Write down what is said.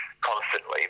constantly